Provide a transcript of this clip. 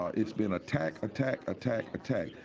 it's been attack, attack, attack, attack.